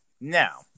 Now